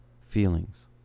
feelings